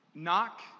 Knock